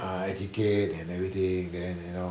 ah air ticket and everything then you know